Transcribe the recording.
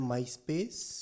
MySpace